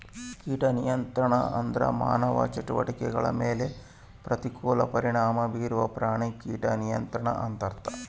ಕೀಟ ನಿಯಂತ್ರಣ ಅಂದ್ರೆ ಮಾನವ ಚಟುವಟಿಕೆಗಳ ಮೇಲೆ ಪ್ರತಿಕೂಲ ಪರಿಣಾಮ ಬೀರುವ ಪ್ರಾಣಿ ಕೀಟ ನಿಯಂತ್ರಣ ಅಂತರ್ಥ